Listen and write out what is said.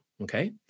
Okay